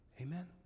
Amen